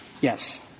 Yes